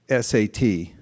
sat